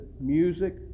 music